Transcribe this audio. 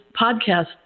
podcast